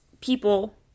people